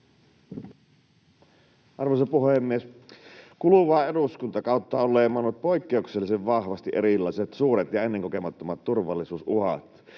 Arvoisa puhemies! Kuluvaa eduskuntakautta ovat leimanneet poikkeuksellisen vahvasti erilaiset suuret ja ennenkokemattomat turvallisuusuhat.